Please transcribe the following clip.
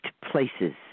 places